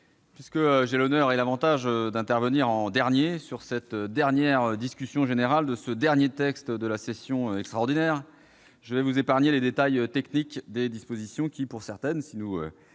puisque j'ai l'honneur et l'avantage d'intervenir en dernier dans la discussion générale du dernier texte de la session extraordinaire, je vais vous épargner les détails techniques des dispositions qui, pour certaines, si nous